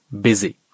busy